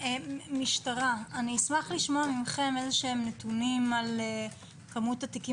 משטרה אשמח לשמוע מכם נתונים על כמות התיקים